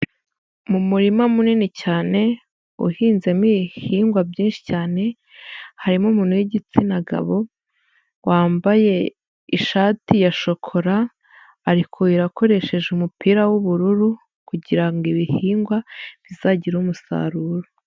Mu murima munini cyane uhinzemo ibihingwa byinshi cyane harimo umuntu w'igitsina gabo wambaye ishati ya shokora ari kuhira akoresheje umupira w'ubururu kugira ngo ibihingwa bizagire umusaruro.